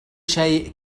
شيء